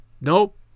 Nope